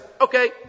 Okay